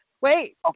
Wait